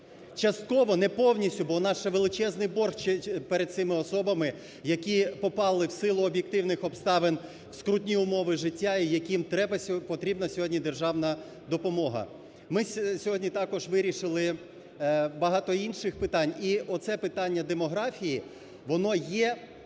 частково, не повністю, бо у нас ще величезний борг перед цими особами, які попали, в силу об'єктивних обставин, в скрутні умови життя і яким потрібна сьогодні державна допомога. Ми сьогодні також вирішили багато інших питань. І оце питання демографії, воно є